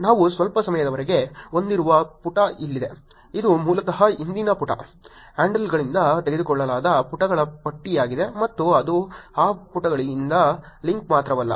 ನಾವು ಸ್ವಲ್ಪ ಸಮಯದವರೆಗೆ ಹೊಂದಿಸಿರುವ ಪುಟ ಇಲ್ಲಿದೆ ಇದು ಮೂಲತಃ ಹಿಂದಿನ ಪುಟ ಹ್ಯಾಂಡಲ್ಗಳಿಂದ ತೆಗೆದುಕೊಳ್ಳಲಾದ ಪುಟಗಳ ಪಟ್ಟಿಯಾಗಿದೆ ಮತ್ತು ಅದು ಆ ಪುಟಗಳಿಗೆ ಲಿಂಕ್ ಮಾತ್ರವಲ್ಲ